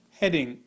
heading